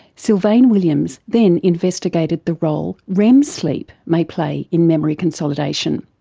sylvain williams then investigated the role rem sleep may play in memory consolidation.